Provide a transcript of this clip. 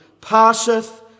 passeth